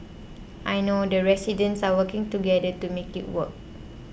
I know the residents are working together to make it work